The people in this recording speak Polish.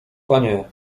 panie